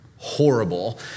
Horrible